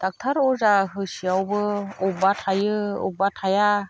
doctor अजा होसेयावबो बबेबा थायो बबेबा थाया